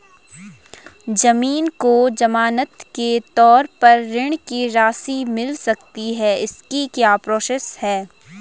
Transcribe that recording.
ज़मीन को ज़मानत के तौर पर ऋण की राशि मिल सकती है इसकी क्या प्रोसेस है?